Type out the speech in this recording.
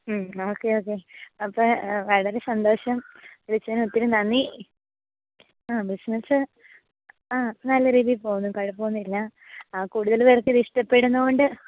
okay okay അപ്പോൾ വളരെ സന്തോഷം വിളിച്ചതിന് ഒത്തിരി നന്ദി ആ ബിസിനസ് ആ നല്ല രീതിയിൽ പോവുന്നു കുഴപ്പം ഒന്നുമില്ല ആ കൂടുതൽ പേർക്ക് ഇത് ഇഷ്ടപ്പെടുന്നത് കൊണ്ട്